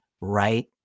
right